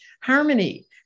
harmony